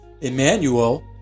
Emmanuel